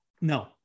No